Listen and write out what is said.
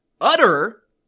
utter